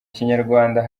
kinyarwanda